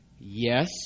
Yes